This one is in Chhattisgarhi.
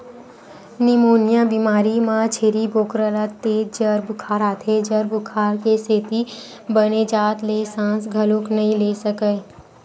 निमोनिया बेमारी म छेरी बोकरा ल तेज जर बुखार आथे, जर बुखार के सेती बने जात ले सांस घलोक नइ ले सकय